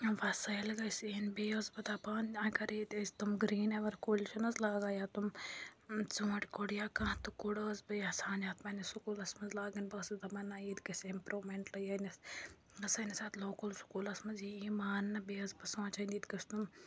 وَسٲیِل گٔژھۍ یِنۍ بیٚیہِ ٲسٕس بہٕ دَپان اَگر ییٚتہِ أسۍ تِم گرٛیٖن اٮ۪وَر کُلۍ چھِنہٕ حظ لاگان یا تِم ژوٗنٛٹھۍ کُڑۍ یا کانٛہہ تہٕ کُڑ ٲس بہٕ یَژھان یَتھ پَنٛنِس سُکوٗلَس منٛز لاگٕنۍ بہٕ ٲسٕس دَپان نہ ییٚتہِ گژھِ اِمپرٛوٗمٮ۪نٛٹ یِنۍ یَتھ سٲنِس اَتھ لوکَل سکوٗلَس منٛز یی یہِ مانٛنہٕ بیٚیہِ ٲس بہٕ سونٛچان ییٚتہِ گٔژھ تِم